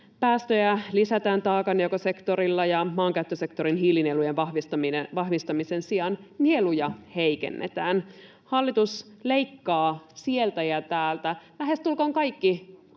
Päästöjä lisätään taakanjakosektorilla, ja maankäyttösektorin hiilinielujen vahvistamisen sijaan nieluja heikennetään. Hallitus leikkaa sieltä ja täältä, lähestulkoon kaikki